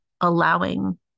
allowing